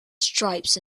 stripes